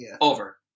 over